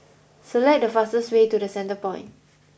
select the fastest way to The Centrepoint